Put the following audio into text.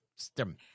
Stem